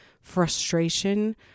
frustration